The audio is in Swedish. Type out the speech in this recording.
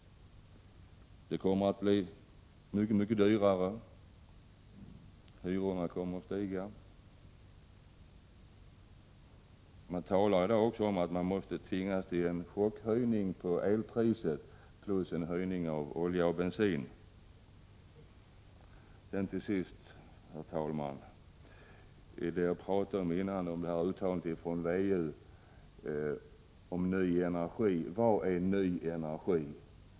Det kommer att bli mycket dyrare, och hyrorna kommer att stiga. Det talas också i dag om att man tvingas till en chockhöjning av elpriset plus en höjning av oljeoch bensinpriset. Till sist, herr talman! Hur går det uttag man tidigare talade om ihop med talet om ny energi? Vad är ny energi?